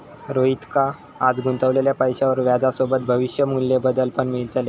रोहितका आज गुंतवलेल्या पैशावर व्याजसोबत भविष्य मू्ल्य बदल पण मिळतले